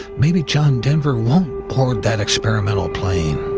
maybe john denver won't board that experimental plane.